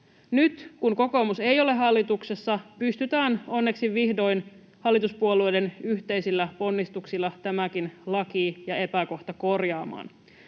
Nyt, kun kokoomus ei ole hallituksessa, pystytään onneksi vihdoin hallituspuolueiden yhteisillä ponnistuksilla tämäkin laki ja epäkohta korjaamaan.